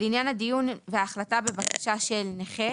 לעניין הדיון וההחלטה בבקשה של נכה,